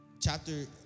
chapter